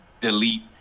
delete